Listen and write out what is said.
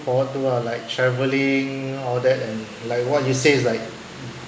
forward to ah like travelling all that and like what you said it's like